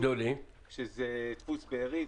שזה דפוס בארי,